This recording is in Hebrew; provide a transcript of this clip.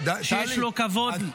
שיש לו כבוד,